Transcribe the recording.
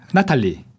Natalie